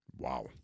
Wow